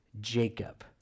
Jacob